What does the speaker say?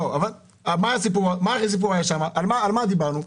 על מה דיברנו?